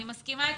אני מסכימה אתך.